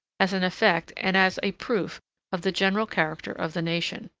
as an effect, and as a proof of the general character of the nation.